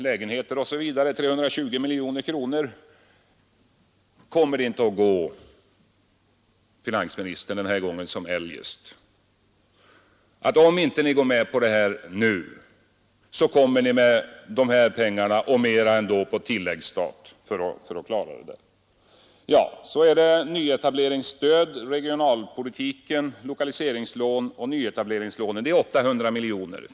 Vidare ingår mera pengar till sanering av lägenheter, osv. Kommer det inte att gå den här gången som eljest, finansministern? Om ni inte går med på det här nu, så kommer ni med de här pengarna och mera ändå på tillä at för att klara sådant som jag har räknat upp. Så är det nyetableringsstöd, regionalpolitik, lokaliseringslån och nyetableringslån för sammanlagt 800 miljoner.